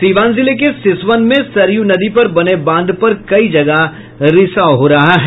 सिवान जिले के सिसवन में सरयू नदी पर बने बांध पर कई जगह रिसाव हो रहा है